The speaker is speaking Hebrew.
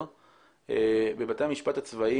המשפט,